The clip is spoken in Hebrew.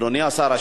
אדוני השר,